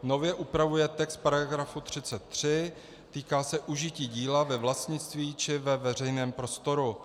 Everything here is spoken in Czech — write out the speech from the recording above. Nově upravuje text § 33, týká se užití díla ve vlastnictví či ve veřejném prostoru.